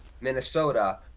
Minnesota